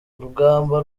rugamba